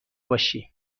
باشی